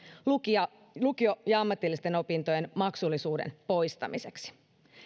lukio ja lukio ja ammatillisten opintojen maksullisuuden poistamiseksi